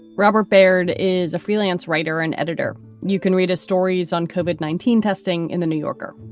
robert baird is a freelance writer and editor. you can read a stories uncovered nineteen testing in the new yorker.